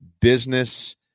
business